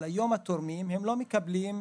אבל היום התורמים הם לא מקבלים,